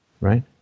right